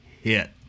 hit